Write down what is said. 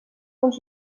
uns